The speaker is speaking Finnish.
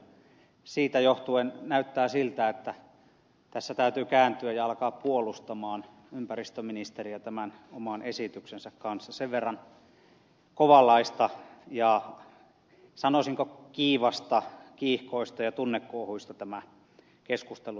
siitä johtuen näyttää siltä että tässä täytyy kääntyä ja alkaa puolustaa ympäristöministeriä tämän oman esityksensä kanssa sen verran kovanlaista ja sanoisinko kiivasta kiihkoista ja tunnekuohuista tämä keskustelu täällä on ollut